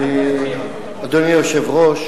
אדוני היושב-ראש,